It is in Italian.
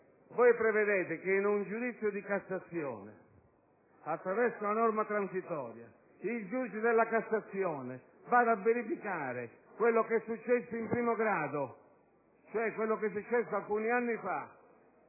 prevedete che nel giudizio di Cassazione, attraverso la norma transitoria, il giudice della Cassazione vada a verificare quanto è successo in primo grado, cioè quello che è successo alcuni anni fa,